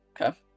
Okay